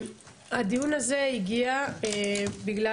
הדיון הזה הגיע בגלל